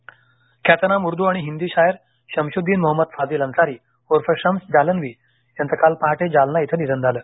निधन ख्यातनाम उर्दू आणि हिंदी शायर शमशुद्दीन मोहमद फाजील अंनसारी ऊर्फ शम्स जालनवी यांचं काल पहाटे जालना इथं निधन झालं